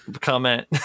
comment